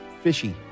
Fishy